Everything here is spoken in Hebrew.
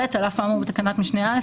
(ב) על אף האמור בתקנת משנה (א),